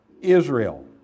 israel